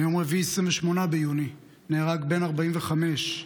ביום רביעי 28 ביוני נהרג בן 45 בתאונת